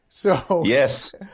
Yes